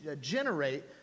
generate